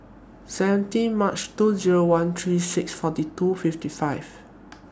seventeen March two Zero one three six forty two fifty five